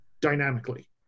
dynamically